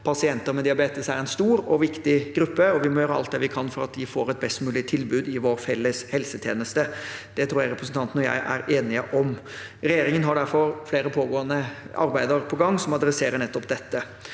Pasienter med diabetes er en stor og viktig gruppe, og vi må gjøre alt det vi kan for at de får et best mulig tilbud i vår felles helsetjeneste. Det tror jeg representanten og jeg er enige om. Regjeringen har derfor flere pågående arbeider som tar tak i nettopp dette.